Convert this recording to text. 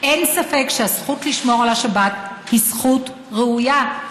אין ספק שהזכות לשמור על השבת היא זכות ראויה,